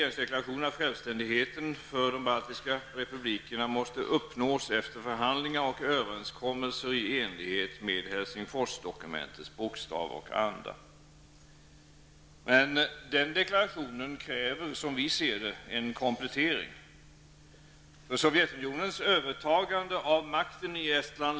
Självständigheten för de baltiska republikerna måste uppnås efter förhandlingar och överenskommelser i enlighet med Helsingforsdokumentets bokstav och anda, precis som man säger i regeringsförklaringen. Men den deklarationen kräver en komplettering.